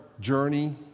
journey